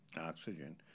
Oxygen